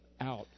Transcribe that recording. out